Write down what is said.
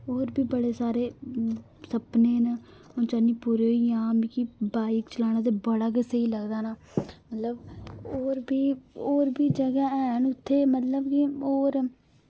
और बी बड़े सारे सपने न अ'ऊं चाह्न्नीं पूरे होई जाह्न मिकी बाइक चलाना ते बड़ा गै स्हेई लगदा ना मतलब होर बी और बी जगह हैन उत्थै मतलब कि होर